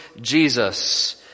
Jesus